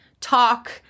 talk